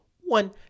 one